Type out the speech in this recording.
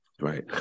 Right